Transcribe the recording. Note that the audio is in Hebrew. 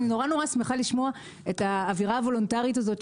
אני נורא שמחה לשמוע את האווירה הוולונטרית הזאת,